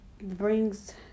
brings